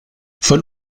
von